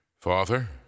Father